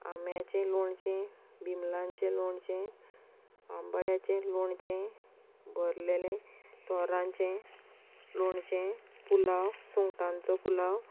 आम्याचे लोणचें बिमलांचे लोणचें आंबाड्याचें लोणचें भरलेले तोरांचें लोणचें पुलाव सुंगटांचो पुलाव